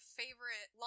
favorite